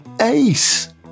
Ace